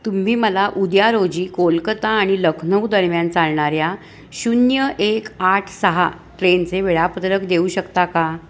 तुम्ही मला उद्या रोजी कोलकाता आणि लखनौ दरम्यान चालणाऱ्या शून्य एक आठ सहा ट्रेनचे वेळापत्रक देऊ शकता का